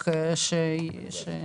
רק שנדע על איזה סכומים אנחנו מדברים.